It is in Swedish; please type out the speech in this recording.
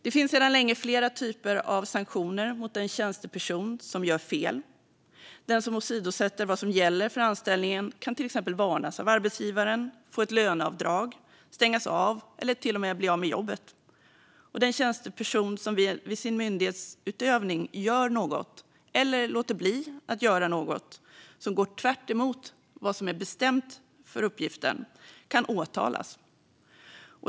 Det finns sedan länge flera typer av sanktioner mot den tjänsteperson som gör fel. Den som åsidosätter vad som gäller för anställningen kan till exempel varnas av arbetsgivaren, få ett löneavdrag, stängas av eller till och med bli av med jobbet. Den tjänsteperson som i sin myndighetsutövning gör något, eller låter bli att göra något, som går tvärt emot vad som är bestämt för uppgiften kan åtalas.